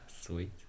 sweet